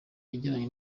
yagiranye